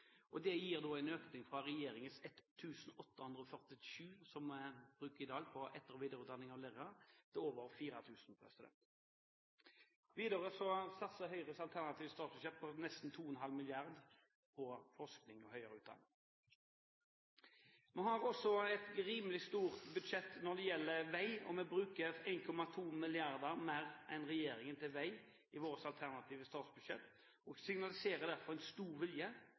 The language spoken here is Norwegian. og det gir en økning til etter- og videreutdanning fra regjeringens tilbud til 1 847 lærere til over 4 000 lærere. Videre satser Høyre i sitt alternative statsbudsjett nesten 2,5 mrd. kr til forskning og utdanning. Vi har også et rimelig stort budsjettforslag når det gjelder vei, og vi vil bruke 1,2 mrd. kr mer enn regjeringen til vei i vårt alternative statsbudsjett. Vi signaliserer derfor en stor vilje